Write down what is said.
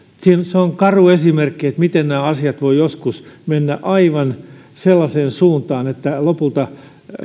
se on karu esimerkki miten nämä asiat voivat joskus mennä aivan sellaiseen suuntaan että lopulta